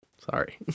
Sorry